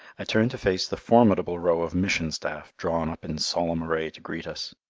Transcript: i turned to face the formidable row of mission staff drawn up in solemn array to greet us.